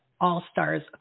all-stars